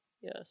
Yes